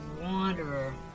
Wanderer